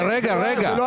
לא, זה לא העניין.